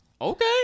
Okay